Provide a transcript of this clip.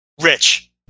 Rich